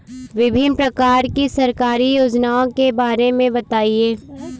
विभिन्न प्रकार की सरकारी योजनाओं के बारे में बताइए?